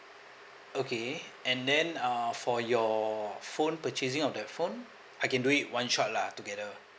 okay and then uh for your phone purchasing of the phone I can do it one shot lah together